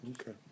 Okay